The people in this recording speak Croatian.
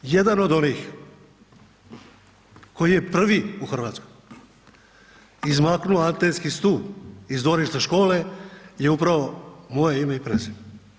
Jedan od onih koji je prvi u Hrvatskoj izmaknuo antenski stup iz dvorišta škole je upravo moje ime i prezime.